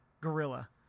Gorilla